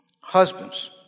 Husbands